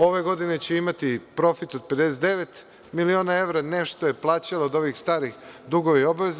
Ove godine će imati profit od 59 miliona evra, nešto je plaćala od ovih starih dugova i obaveza.